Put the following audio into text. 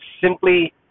simply